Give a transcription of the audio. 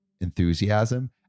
enthusiasm